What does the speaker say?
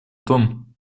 том